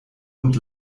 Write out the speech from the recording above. und